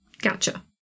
Gotcha